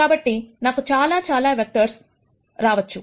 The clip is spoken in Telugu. కాబట్టి నాకు చాలా చాలా వెక్టర్స్ రావచ్చు